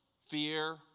fear